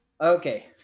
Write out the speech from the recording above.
Okay